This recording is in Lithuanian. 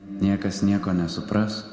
niekas nieko nesupras